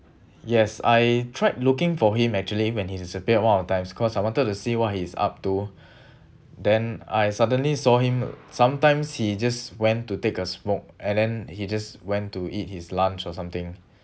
yes I tried looking for him actually when he disappeared one of the times cause I wanted to see what he's up to then I suddenly saw him sometimes he just went to take a smoke and then he just went to eat his lunch or something